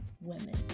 women